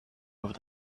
over